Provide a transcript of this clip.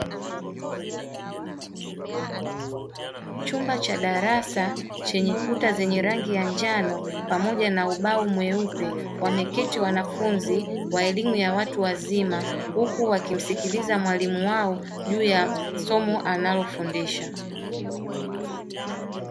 Chumba cha darasa chenye kuta zenye rangi ya njano pamoja na ubao mweupe wameketi wanafunzi wa elimu ya watu wazima, huku wakimsikiliza mwalimu wao juu ya somo analofundisha.